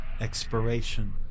expiration